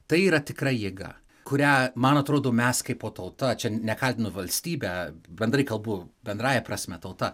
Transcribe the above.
tai yra tikra jėga kurią man atrodo mes kaipo tauta čia nekaltinu valstybę bendrai kalbu bendrąja prasme tauta